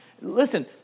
listen